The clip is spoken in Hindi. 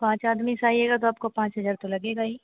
पाँच आदमी से आइएगा तो आपको पाँच हजार तो लगेगा ही